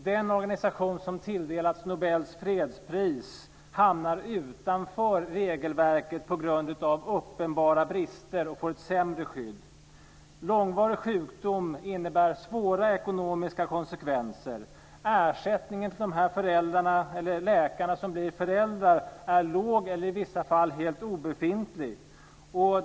Den organisation som har tilldelats Nobels fredspris hamnar utanför regelverket på grund av uppenbara brister och får ett sämre skydd. Långvarig sjukdom innebär svåra ekonomiska konsekvenser. Ersättningen till de läkare som blir föräldrar är låg eller i vissa fall helt obefintlig.